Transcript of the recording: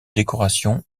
décorations